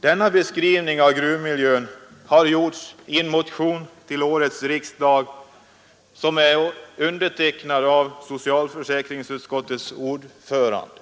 Denna beskrivning av gruvmiljön har gjorts i en motion till årets riksdag, undertecknad av bl.a. socialförsäkringsutskottets ordförande.